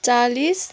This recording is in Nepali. चालिस